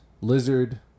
Lizard